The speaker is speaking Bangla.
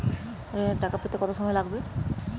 ঋণের টাকা পেতে কত সময় লাগবে?